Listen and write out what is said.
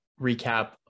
recap